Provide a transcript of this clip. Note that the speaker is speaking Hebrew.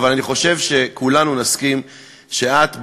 אבל אני חושב שכולנו נסכים שאת,